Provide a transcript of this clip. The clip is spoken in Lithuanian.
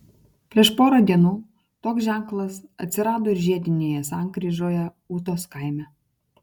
prieš porą dienų toks ženklas atsirado ir žiedinėje sankryžoje ūtos kaime